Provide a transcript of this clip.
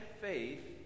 faith